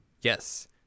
Yes